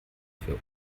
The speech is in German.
für